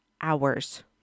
hours